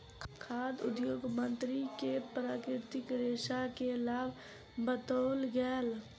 खाद्य उद्योग मंत्री के प्राकृतिक रेशा के लाभ बतौल गेल